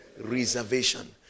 Reservation